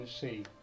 see